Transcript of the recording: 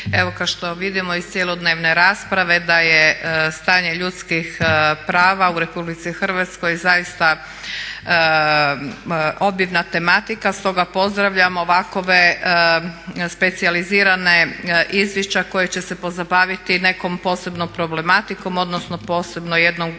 evo kao što vidimo iz cjelodnevne rasprave da je stanje ljudskih prava u RH zaista obilna tematika, stoga pozdravljamo ovakve specijalizirana izvješća koja će se pozabaviti nekom posebnom problematikom, odnosno posebno jednom pojedinim